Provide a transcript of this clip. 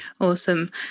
Awesome